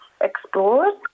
explored